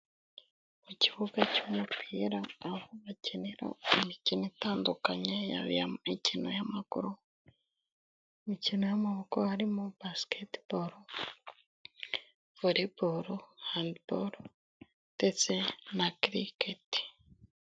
Mu kibuga cy'umupira aho bakinira imikino itandukanye imikino y'amaguru, imikino y'amaboko harimo basiketiboro, voliboro, handiboro ndetse na Kiriketi.